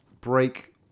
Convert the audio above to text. break